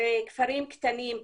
אלה כפרים קטנים,